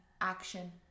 action